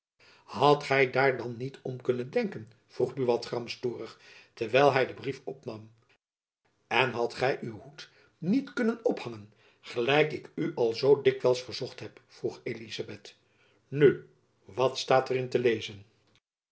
hadt gy daar dan niet om kunnen denken vroeg buat gramstorig terwijl hy den brief opnam en hadt gy uw hoed niet kunnen ophangen gelijk ik u al zoo dikwijls verzocht heb vroeg elizabeth nu wat staat er in te lezen